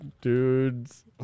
Dudes